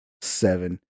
seven